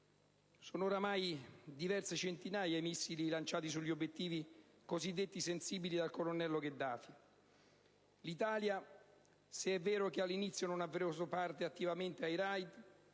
Sono ormai diverse centinaia i missili lanciati sugli obiettivi cosiddetti sensibili del colonnello Gheddafi. L'Italia, se è vero che all'inizio non ha preso parte attivamente ai *raid*